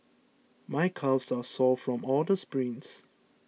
my calves are sore from all the sprints